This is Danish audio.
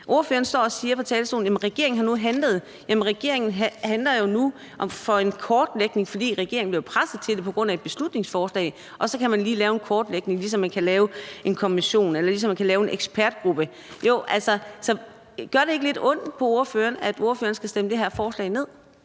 Ordføreren står på talerstolen og siger: Regeringen har nu handlet. Men regeringen handler jo nu med en kortlægning, fordi regeringen er blevet presset til det på grund af et beslutningsforslag, og så kan man lige lave en kortlægning, ligesom man kan lave en kommission eller en ekspertgruppe. Gør det ikke lidt ondt på ordføreren, at ordføreren skal stemme det her forslag ned?